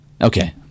okay